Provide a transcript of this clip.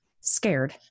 scared